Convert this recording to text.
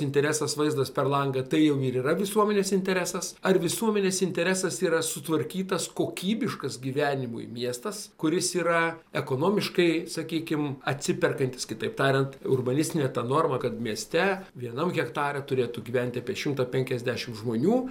interesas vaizdas per langą tai jau ir yra visuomenės interesas ar visuomenės interesas yra sutvarkytas kokybiškas gyvenimui miestas kuris yra ekonomiškai sakykime atsiperkantis kitaip tariant urbanistinė ta norma kad mieste vienam hektarui turėtų gyventi apie šimtą penkiasdešimt žmonių